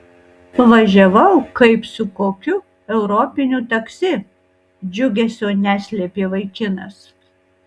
važiavau kaip su kokiu europiniu taksi džiugesio neslėpė vaikinas